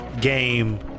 game